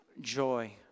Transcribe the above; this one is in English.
joy